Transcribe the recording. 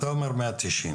אתה אומר מאה תשעים